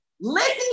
listen